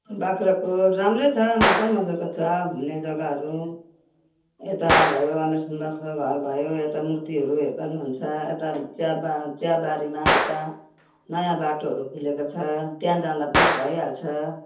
बाग्राकोट राम्रै छ मजा मजाको छ घुम्ने जग्गाहरू यता भयो अमिर सुन्दासको घर भयो यता मूर्तिहरू हेर्दा नि हुन्छ यता चिया बा चियाबारीमा यता नयाँ बाटोहरू खोलिएको छ त्यहाँ जाँदा पनि भइहाल्छ